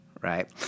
Right